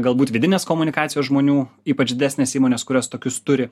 galbūt vidinės komunikacijos žmonių ypač didesnės įmonės kurios tokius turi